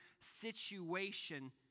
situation